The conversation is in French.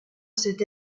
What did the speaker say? cette